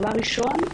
דבר ראשון,